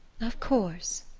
of course.